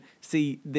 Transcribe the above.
see